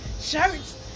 Shirts